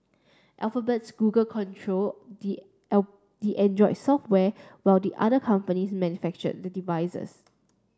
Alphabet's Google controls the the Android software while the other companies manufacture the devices